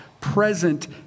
present